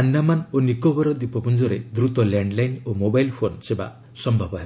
ଆଶ୍ଡାମାନ ଓ ନିକୋବର ଦ୍ୱୀପପୁଞ୍ଜରେ ଦ୍ରତ ଲ୍ୟାଣ୍ଡଲାଇନ୍ ଓ ମୋବାଇଲ୍ ଫୋନ୍ ସେବା ସମ୍ଭବ ହେବ